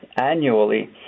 annually